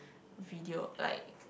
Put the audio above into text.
video like